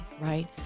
right